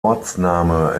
ortsname